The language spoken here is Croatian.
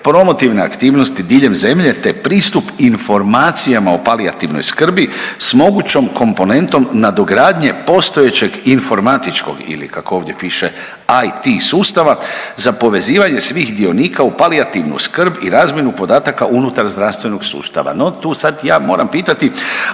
promotivne aktivnosti diljem zemlje te pristup informacijama o palijativnoj skrbi s mogućom komponentnom nadogradnje postojećeg informatičkog ili kako ovdje piše IT sustava za povezivanje svih dionika u palijativnu skrb i razmjenu podataka unutar zdravstvenog sustava. No, tu ja sad moram pitati